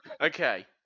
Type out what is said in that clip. Okay